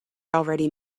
already